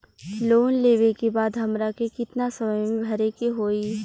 Loan लेवे के बाद हमरा के कितना समय मे भरे के होई?